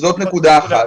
זו נקודה אחת.